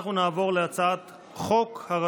אני קובע שהצעת חוק תאגידי מים וביוב (תיקון,